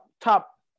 top